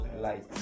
light